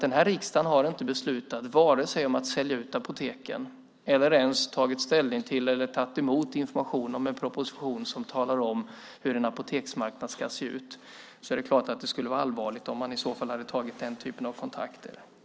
Den här riksdagen har inte beslutat att sälja ut apoteken eller ens tagit ställning till eller tagit emot information om den proposition som talar om hur en apoteksmarknad ska se ut. Det skulle vara allvarligt om man hade tagit den typen av kontakter.